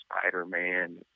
Spider-Man